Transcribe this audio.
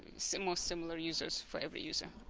similar similar users for every user